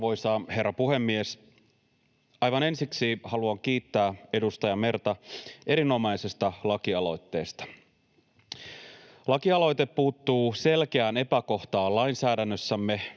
Arvoisa herra puhemies! Aivan ensiksi haluan kiittää edustaja Merta erinomaisesta lakialoitteesta. Lakialoite puuttuu selkeään epäkohtaan lainsäädännössämme,